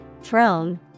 throne